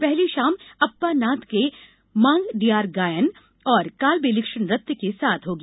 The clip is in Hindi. पहली शाम अप्पानाथ कर्के मांगडियार गायन और कालबेलिक्ष नृत्य के साथ होगी